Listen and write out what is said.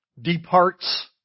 departs